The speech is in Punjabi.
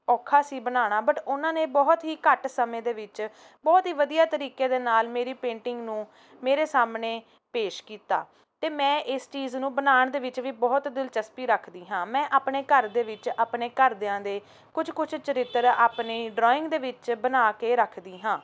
ਔਖਾ ਸੀ ਬਣਾਉਣਾ ਬਟ ਉਹਨਾਂ ਨੇ ਬਹੁਤ ਹੀ ਘੱਟ ਸਮੇਂ ਦੇ ਵਿੱਚ ਬਹੁਤ ਹੀ ਵਧੀਆ ਤਰੀਕੇ ਦੇ ਨਾਲ ਮੇਰੀ ਪੇਂਟਿੰਗ ਨੂੰ ਮੇਰੇ ਸਾਹਮਣੇ ਪੇਸ਼ ਕੀਤਾ ਅਤੇ ਮੈਂ ਇਸ ਚੀਜ਼ ਨੂੰ ਬਣਾਉਣ ਦੇ ਵਿੱਚ ਵੀ ਬਹੁਤ ਦਿਲਚਸਪੀ ਰੱਖਦੀ ਹਾਂ ਮੈਂ ਆਪਣੇ ਘਰ ਦੇ ਵਿੱਚ ਆਪਣੇ ਘਰਦਿਆਂ ਦੇ ਕੁਛ ਕੁਛ ਚਰਿੱਤਰ ਆਪਣੇ ਡਰਾਇੰਗ ਦੇ ਵਿੱਚ ਬਣਾ ਕੇ ਰੱਖਦੀ ਹਾਂ